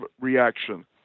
reaction